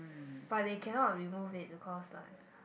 but they cannot remove it because like